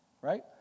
right